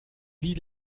wie